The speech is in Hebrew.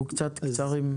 אנחנו קצת קצרים.